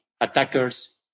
attacker's